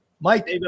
Mike